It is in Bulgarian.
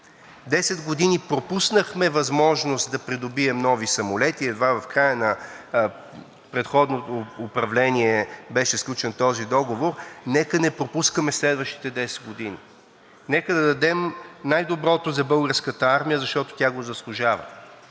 години пропуснахме възможност да придобием нови самолети, едва в края на предходното управление беше сключен този договор. Нека не пропускаме следващите 10 години. Нека да дадем най-доброто за Българската армия, защото тя го заслужава.